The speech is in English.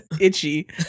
Itchy